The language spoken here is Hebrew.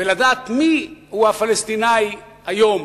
ולדעת מי הוא הפלסטיני היום